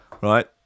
right